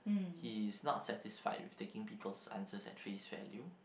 he is not satisfied with taking people's answers at face value